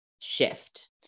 shift